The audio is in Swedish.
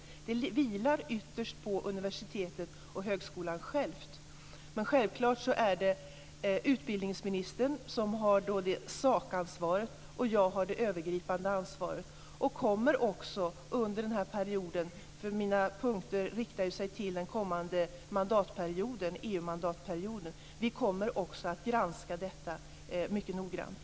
Ansvaret för detta vilar ytterst på universiteten och högskolorna själva. Men det är utbildningsministern som har sakansvaret, och jag har det övergripande ansvaret. Mina punkter riktar sig till den kommande EU mandatperioden. Under den perioden kommer vi också att granska detta mycket noggrant.